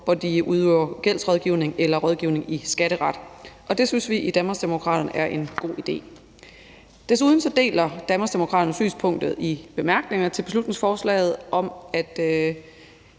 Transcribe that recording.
hvor de udøver gældsrådgivning eller rådgivning i skatteret. Det synes vi i Danmarksdemokraterne er en god idé. Desuden deler Danmarksdemokraterne synspunktet i bemærkningerne til beslutningsforslaget om, at